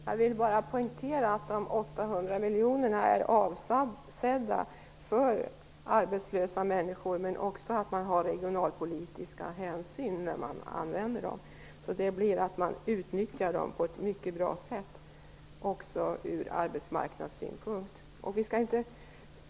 Fru talman! Jag vill bara poängtera att de 800 miljonerna är avsedda för arbetslösa människor, och att man också skall ta regionalpolitiska hänsyn när man använder dem. De blir alltså utnyttjade på ett mycket bra sätt, också ur arbetsmarknadssynpunkt.